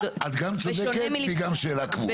את גם צודקת והיא גם שאלה קבועה.